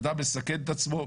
אדם מסכן את עצמו,